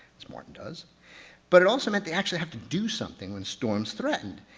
as martin does but it also meant they actually have to do something when storm's threatened.